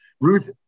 Ruth